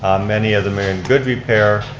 um many of them are in good repair,